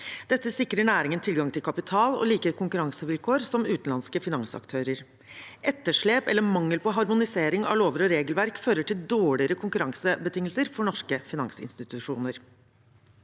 Dette sikrer næringen tilgang til kapital og like konkurransevilkår som utenlandske finansaktører. Etterslep eller mangel på harmonisering av lover og regelverk fører til dårligere konkurransebetingelser for norske finansinstitusjoner.